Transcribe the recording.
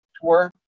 tour